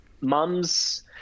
mum's